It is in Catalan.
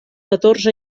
catorze